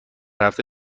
هفته